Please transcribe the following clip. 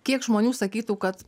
kiek žmonių sakytų kad